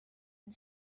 and